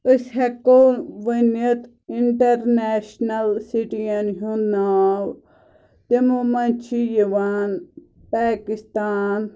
أسۍ ہٮ۪کو ؤنِتھ اِنٹَرنیشنَل سِٹِیَن ہُنٛد ناو تِمو منٛز چھِ یِوان پاکِستان